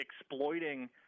exploiting